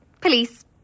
Police